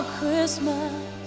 Christmas